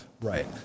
Right